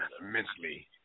immensely